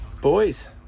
Boys